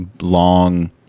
long